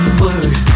word